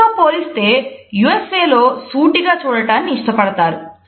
దీనితో పోలిస్తే U S A లో సూటిగా చూడటాన్ని ఇష్టపడతారు